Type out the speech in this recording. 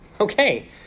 Okay